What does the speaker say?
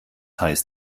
heißt